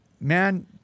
man